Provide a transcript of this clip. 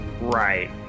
Right